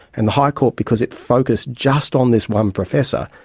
and the high court, because it focused just on this one professor,